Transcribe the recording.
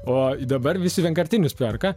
o dabar visi vienkartinius perka